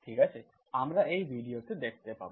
ঠিক আছে আমরা এই ভিডিওতে দেখতে পাব